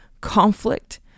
conflict